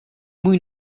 můj